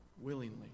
willingly